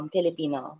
Filipino